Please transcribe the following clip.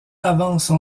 avancent